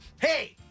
Hey